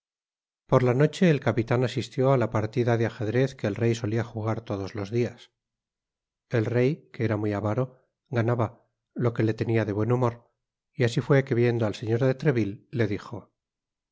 por la noche el capitan asistió á la partida de ajedrez que el rey solia jugar todos los dias el rey que era muy avaro ganaba lo que le tenia de buen humor y así fué que viendo al señor de treville le dijo